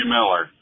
Miller